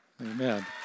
Amen